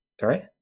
sorry